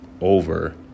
over